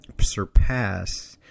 surpass